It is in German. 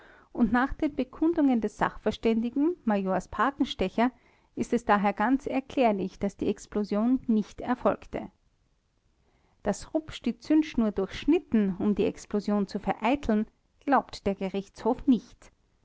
und nach den bekundungen des sachverständigen majors pagenstecher ist es daher ganz erklärlich daß die explosion nicht erfolgte daß rupsch die zündschnur durchschnitten um die explosion zu vereiteln glaubt der gerichtshof nicht